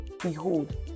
Behold